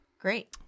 Great